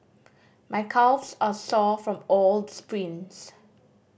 my calves are sore from all the sprints